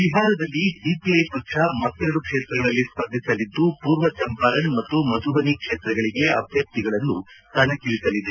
ಬಿಹಾರದಲ್ಲಿ ಸಿಪಿಐ ಪಕ್ಷ ಮತ್ತೆರಡು ಕ್ಷೇತ್ರಗಳಲ್ಲಿ ಸ್ಪರ್ಧಿಸಲಿದ್ದು ಪೂರ್ವ ಚಂಪಾರಣ್ ಮತ್ತು ಮಧುಬನಿ ಕ್ಷೇತ್ರಗಳಿಗೆ ಅಭ್ಯರ್ಥಿಗಳನ್ನು ಕಣಕ್ಕಿಳಿಸಲಿದೆ